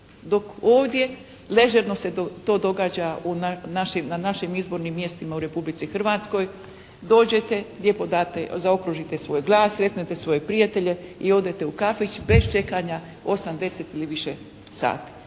dok ovdje ležerno se to događa na našim izbornim mjestima u Republici Hrvatskoj. Dođete, lijepo zaokružite svoj glas, sretnete svoje prijatelje i odete u kafić bez čekanja osam, deset ili više sati.